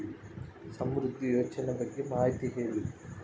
ಸಮೃದ್ಧಿ ಯೋಜನೆ ಬಗ್ಗೆ ಮಾಹಿತಿ ಹೇಳಿ?